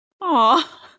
Aw